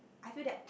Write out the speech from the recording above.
I feel that